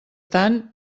tant